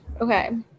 okay